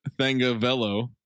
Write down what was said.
thangavello